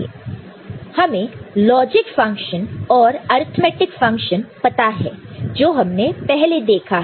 तो हमें logic function और अर्थमैटिक फंक्शन पता है जो हमने पहले देखा है